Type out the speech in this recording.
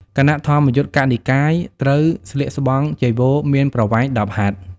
គណៈធម្មយុត្តិកនិកាយ ត្រូវស្លៀកស្បង់ចីវរមានប្រវែង ១០ ហត្ថ។